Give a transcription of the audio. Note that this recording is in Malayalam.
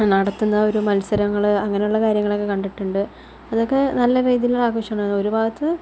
നടത്തുന്ന ഒരു മത്സരങ്ങൾ അങ്ങനെയുള്ള കാര്യങ്ങളൊക്കെ കണ്ടിട്ടുണ്ട് അതൊക്കെ നല്ല രീതിയിലുള്ള ആഘോഷം ആണ് ഒരു ഭാഗത്ത്